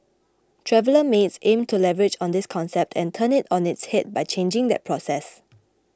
Traveller Mates aims to leverage on this concept and turn it on its head by changing that process